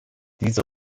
diese